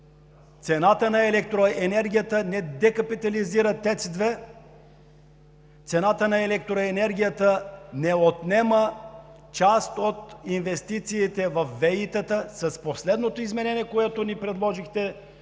цената на електроенергията не декапитализира ТЕЦ-2, цената на електроенергията не отнема част от инвестициите във ВЕИ-тата. С последното изменение, което ни предложихте,